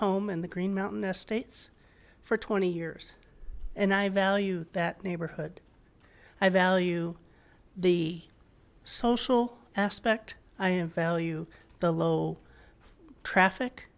home in the green mountain states for twenty years and i value that neighborhood i value the social aspect i value the low traffic